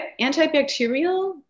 Antibacterial